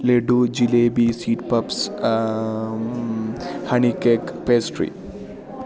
laddu jalebi sweet puffs honey cake pastry